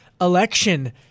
election